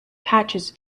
patches